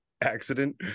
accident